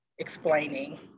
explaining